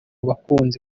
bakunzi